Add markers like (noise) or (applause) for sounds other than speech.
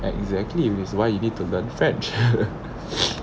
exactly which is why you need to learn french (laughs) (noise)